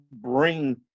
bring